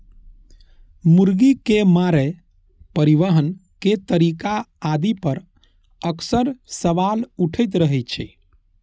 मुर्गी के मारै, परिवहन के तरीका आदि पर अक्सर सवाल उठैत रहै छै